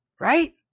right